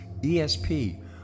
ESP